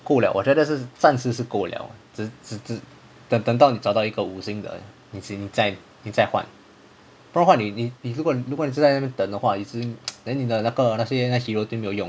够了我觉得是暂时是够了只只只等等到你找到一个五星的五星你再你再换不然的话你你如果如果你是在那边等的话已经 then 你的那个那些 hero 就没有用了